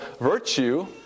virtue